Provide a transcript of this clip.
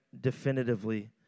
definitively